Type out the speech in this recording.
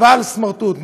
אבל סמרטוט,